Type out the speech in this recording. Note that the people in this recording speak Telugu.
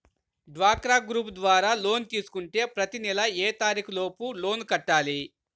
డ్వాక్రా గ్రూప్ ద్వారా లోన్ తీసుకుంటే ప్రతి నెల ఏ తారీకు లోపు లోన్ కట్టాలి?